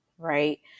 right